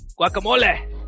Guacamole